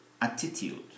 attitude